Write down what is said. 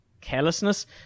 carelessness